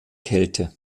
kälte